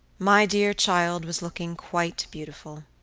my dear child was looking quite beautiful.